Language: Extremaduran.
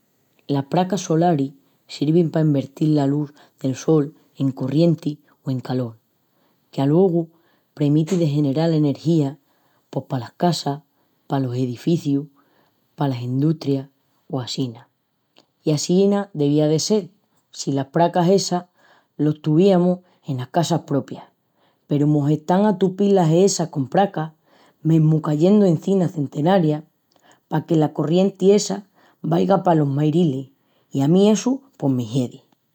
Las pracas solaris sirvin pa envertil la lus del sol en corrienti o en calol, qu'alogu premiti de general energía pos palas casas, palos edeficius, palas endustrias o assina. I assina devía de sel si las pracas essas los tuviamus enas casas propias peru mos están a tupil las hesas con pracas, mesmu cayendu anzinas centenarias, paque la corrienti essa vaiga palos Mairilis, i a mí essu pos me hiedi!